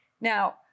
Now